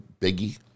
biggie